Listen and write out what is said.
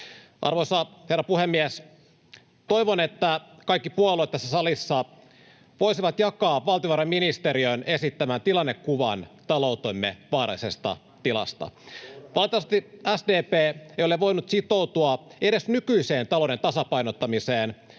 Arvoisa herra puhemies! Toivon, että kaikki puolueet tässä salissa voisivat jakaa valtiovarainministeriön esittämän tilannekuvan taloutemme vaarallisesta tilasta. [Ben Zyskowicz: Turha toivo!] Valitettavasti SDP ei ole voinut sitoutua edes nykyiseen talouden tasapainottamiseen,